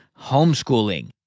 homeschooling